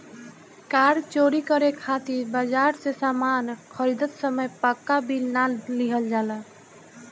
कार चोरी करे खातिर बाजार से सामान खरीदत समय पाक्का बिल ना लिहल जाला